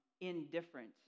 indifferent